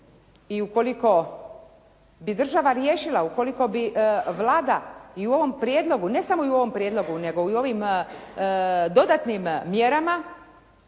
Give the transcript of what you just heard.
i ukoliko bi država riješila, ukoliko bi Vlada i u ovom prijedlogu nego i u ovim dodatnim mjerama,